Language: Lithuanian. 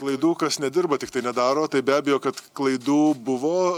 klaidų kas nedirba tiktai nedaro tai be abejo kad klaidų buvo